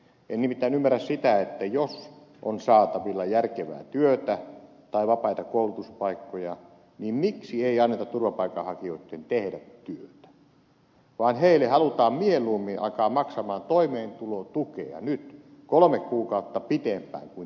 en nimittäin ymmärrä sitä että jos on saatavilla järkevää työtä tai vapaita koulutuspaikkoja niin miksi ei anneta turvapaikanhakijoitten tehdä työtä vaan heille halutaan mieluummin alkaa maksaa toimeentulotukea nyt kolme kuukautta pitempään kuin tähän saakka